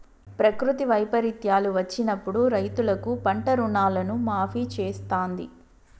ప్రకృతి వైపరీత్యాలు వచ్చినప్పుడు రైతులకు పంట రుణాలను మాఫీ చేస్తాంది